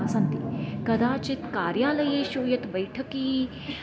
सन्ति कदाचित् कार्यालयेषु यत् बैठकी